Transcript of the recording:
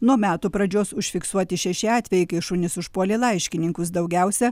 nuo metų pradžios užfiksuoti šeši atvejai kai šunys užpuolė laiškininkus daugiausia